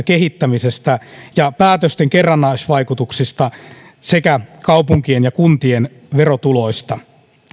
kehittämisestä ja päätösten kerrannaisvaikutuksista sekä kaupunkien ja kuntien verotuloista